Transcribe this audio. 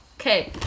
Okay